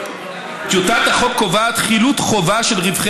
טיוטת החוק קובעת חילוט חובה של רווחי